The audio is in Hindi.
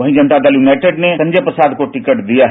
वहीं जनता दल यूनाइटेड ने संजय प्रसाद को टिकट दिया है